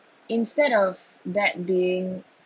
instead of that being